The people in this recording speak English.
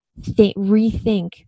rethink